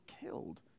killed